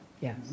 Yes